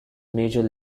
major